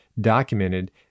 documented